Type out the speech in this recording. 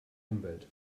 umwelt